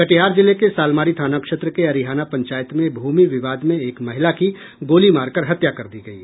कटिहार जिले के सालमारी थाना क्षेत्र के अरिहाना पंचायत में भूमि विवाद में एक महिला की गोली मार कर हत्या कर दी गयी